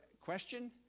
question